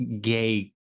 gay